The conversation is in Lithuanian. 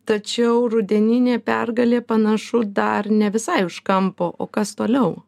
tačiau rudeninė pergalė panašu dar ne visai už kampo o kas toliau